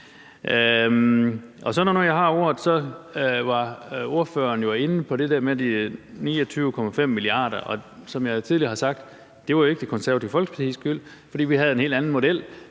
vil jeg sige, at ordføreren jo var inde på det der med de 29,5 mia. kr. Som jeg tidligere har sagt, var det ikke Det Konservative Folkepartis skyld, for vi havde en helt anden model,